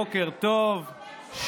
בוקר טוב,